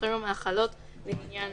מה לעשות